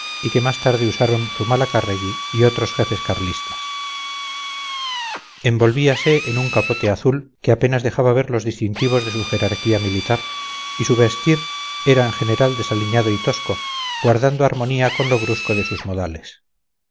y que más tarde usaron zumalacárregui y otros jefes carlistas envolvíase en un capote azul que apenas dejaba ver los distintivos de su jerarquía militar y su vestir era en general desaliñado y tosco guardando armonía con lo brusco de sus modales